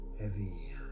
heavy